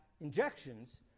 injections